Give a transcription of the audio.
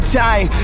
time